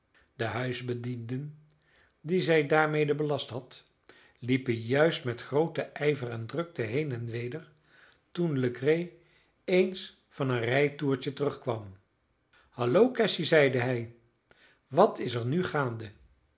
de huisbedienden die zij daarmede belast had liepen juist met grooten ijver en drukte heen en weder toen legree eens van een rijtoertje terugkwam hallo cassy zeide hij wat is er nu gaande